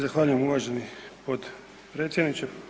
Zahvaljujem uvaženi potpredsjedniče.